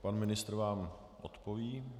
Pan ministr vám odpoví.